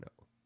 No